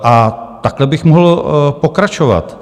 A takhle bych mohl pokračovat.